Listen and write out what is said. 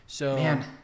Man